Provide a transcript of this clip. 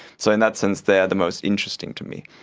so in that sense they are the most interesting to me.